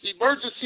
emergency